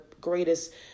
greatest